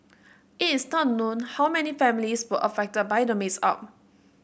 it is not known how many families were affected by the mix up